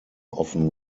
often